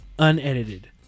unedited